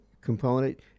component